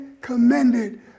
commended